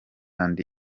and